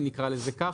אם נקרא לזה כך,